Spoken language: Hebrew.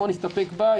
בואו נסתפק בה.